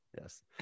Yes